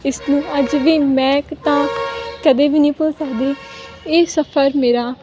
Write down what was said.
ਇਸ ਨੂੰ ਅੱਜ ਵੀ ਮੈਂ ਤਾਂ ਕਦੇ ਵੀ ਨਹੀਂ ਭੁੱਲ ਸਕਦੀ ਇਹ ਸਫਰ ਮੇਰਾ